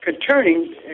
concerning